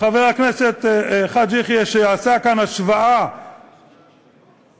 חבר הכנסת חאג' יחיא, שעשה כאן השוואה לדרוזים,